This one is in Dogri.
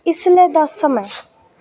इसलै दा समें